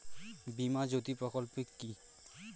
বীমা জ্যোতি প্রকল্পটি কি?